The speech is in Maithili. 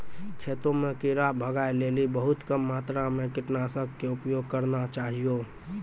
खेतों म कीड़ा भगाय लेली बहुत कम मात्रा मॅ कीटनाशक के उपयोग करना चाहियो